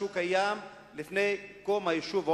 שקיים לפני קום היישוב עומר.